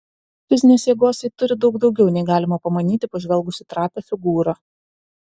fizinės jėgos ji turi daug daugiau nei galima pamanyti pažvelgus į trapią figūrą